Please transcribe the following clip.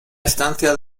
estancia